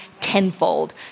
tenfold